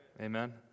Amen